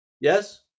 yes